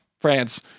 France